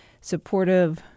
supportive